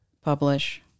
publish